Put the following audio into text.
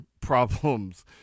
problems